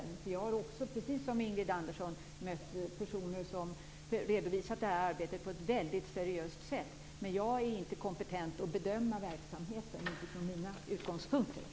Jag har också, precis som Ingrid Andersson, mött personer som har redovisat det här arbetet på ett väldigt seriöst sätt. Men jag är inte kompetent att bedöma verksamheten utifrån mina utgångspunkter.